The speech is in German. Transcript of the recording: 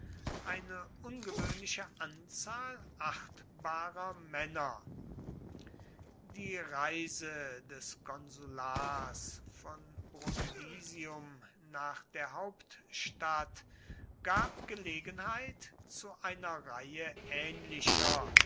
eine ungewöhnliche anzahl achtbarer männer die reise des konsulars von brundisium nach der hauptstadt gab gelegenheit zu einer reihe ähnlicher